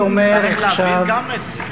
צריך להבין גם את זה.